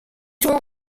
tour